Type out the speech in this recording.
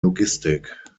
logistik